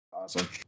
Awesome